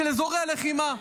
של אזורי הלחימה.